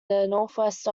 northwest